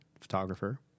photographer